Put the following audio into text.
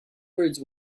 birds